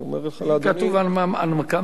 כתוב: הנמקה מהמקום.